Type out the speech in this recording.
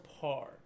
par